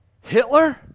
Hitler